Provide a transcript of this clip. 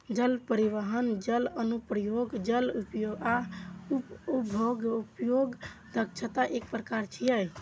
जल परिवहन, जल अनुप्रयोग, जल उपयोग आ उपभोग्य उपयोगक दक्षता एकर प्रकार छियै